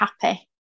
happy